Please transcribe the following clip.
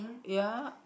ya